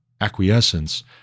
acquiescence